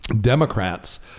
Democrats